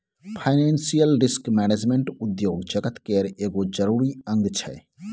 financial risk management उद्योग जगत केर एगो जरूरी अंग छै